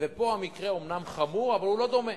פה המקרה אומנם חמור, אבל הוא לא דומה.